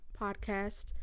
podcast